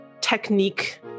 technique